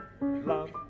love